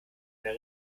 der